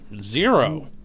Zero